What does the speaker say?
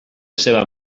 seva